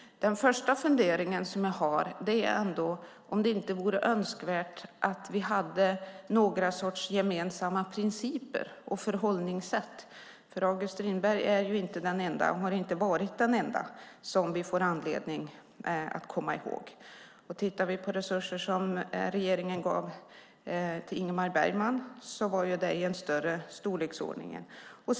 Min första fundering är om det ändå inte vore önskvärt att vi hade några sorts gemensamma principer. Tittar vi på de resurser som regeringen gav till Ingmar Bergman så var det i en större storleksordning.